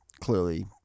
clearly